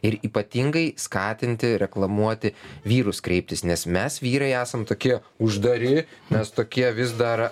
ir ypatingai skatinti reklamuoti vyrus kreiptis nes mes vyrai esam tokie uždari nes tokie vis dar